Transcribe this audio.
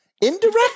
Indirect